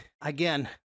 Again